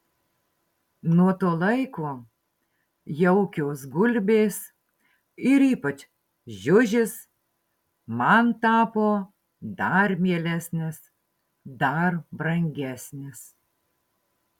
nuo to laiko jaukios gulbės ir ypač žiužis man tapo dar mielesnis dar brangesnis